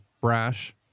Brash